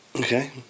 Okay